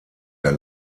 der